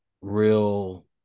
real